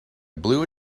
blue